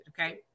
okay